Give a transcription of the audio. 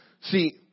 See